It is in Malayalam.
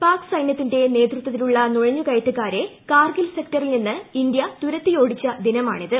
പാക്സൈന്യത്തിന്റെ നേതൃത്തിലുള്ള നുഴഞ്ഞു കയറ്റക്കാരെ കാർഗിൽ സെക്ടറിൽ നിന്ന് ഇന്ത്യ തുരത്തിയോടിച്ച ദിനമാണിത്